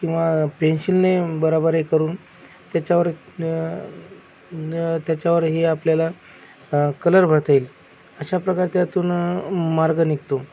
किंवा पेन्सिलने बरोबर हे करून त्याच्यावर त्याच्यावर हे आपल्याला कलर भरता येईल अशा प्रकारे त्यातून मार्ग निघतो